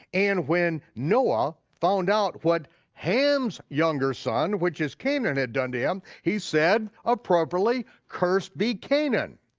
and when noah found out what ham's younger son, which is canaan, had done to him, he said appropriately, curse thee canaan,